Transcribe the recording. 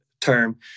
term